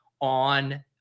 on